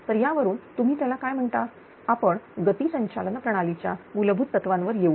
तर यावरून तुम्ही त्याला काय म्हणता आपण गती संचालन प्रणालीच्या मूलभूत तत्वांवर येऊ